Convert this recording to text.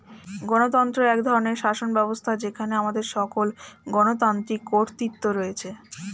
গণতন্ত্র এক ধরনের শাসনব্যবস্থা যেখানে আমাদের সকল গণতান্ত্রিক কর্তৃত্ব রয়েছে